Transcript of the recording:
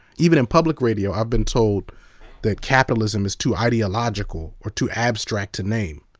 even in public radio, i've been told that capitalism is too ideological or too abstract to name.